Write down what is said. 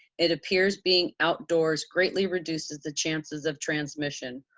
it appears being outdoors greatly reduces the chances of transmission.